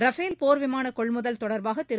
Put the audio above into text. Rafale போர்விமான கொள்முதல் தொடர்பாக திரு